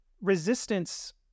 resistance